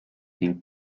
ning